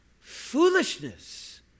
foolishness